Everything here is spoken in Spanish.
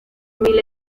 mil